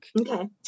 okay